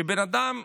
ובן אדם,